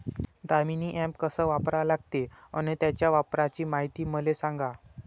Damini app कस वापरा लागते? अन त्याच्या वापराची मायती मले सांगा